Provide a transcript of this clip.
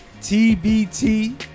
TBT